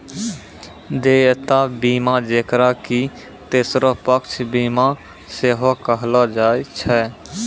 देयता बीमा जेकरा कि तेसरो पक्ष बीमा सेहो कहलो जाय छै